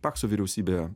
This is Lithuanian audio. pakso vyriausybė